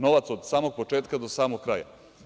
Novac od samog početka do samog kraja.